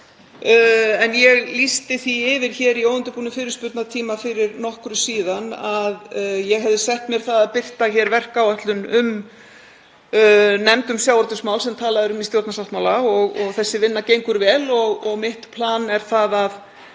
En ég lýsti því yfir hér í óundirbúnum fyrirspurnatíma fyrir nokkru síðan að ég hefði sett mér það að birta hér verkáætlun um nefnd um sjávarútvegsmál sem talað er um í stjórnarsáttmála. Þessi vinna gengur vel og mitt plan er að